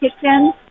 kitchen